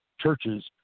churches